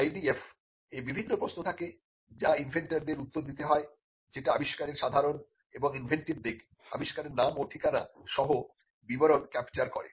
IDF এ বিভিন্ন প্রশ্ন থাকে যা ইনভেন্টরদের উত্তর দিতে হয়যেটা আবিষ্কারের সাধারণ এবং ইনভেন্টিভ দিক আবিষ্কারকের নাম ও ঠিকানা সহ বিবরণ ক্যাপচার করে